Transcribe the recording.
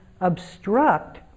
obstruct